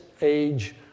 age